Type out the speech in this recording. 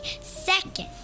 Second